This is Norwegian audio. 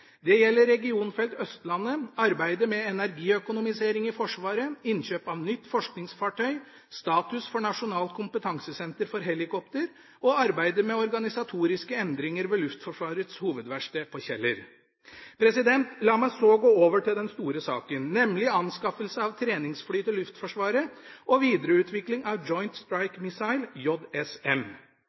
Det gjelder Regionfelt Østlandet, arbeidet med energiøkonomisering i Forsvaret, innkjøp av nytt forskningsfartøy, status for nasjonalt kompetansesenter for helikopter og arbeidet med organisatoriske endringer ved Luftforsvarets hovedverksted på Kjeller. La meg så gå over til den store saken, nemlig anskaffelse av treningsfly til Luftforsvaret og videreutvikling av Joint Strike Missile,